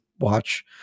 watch